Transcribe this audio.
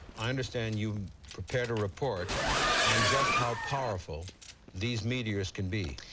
i understand you've prepared a report on just how powerful these meteors can be.